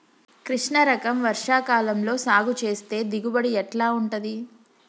కృష్ణ రకం వర్ష కాలం లో సాగు చేస్తే దిగుబడి ఎట్లా ఉంటది?